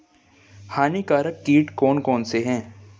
हानिकारक कीट कौन कौन से हैं?